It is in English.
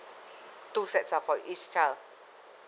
two sets lah for each child